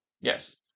Yes